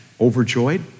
overjoyed